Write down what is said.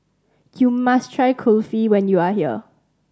you must try Kulfi when you are here